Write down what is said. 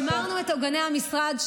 שימרנו את עוגני המשרד,